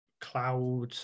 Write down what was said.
cloud